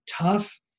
tough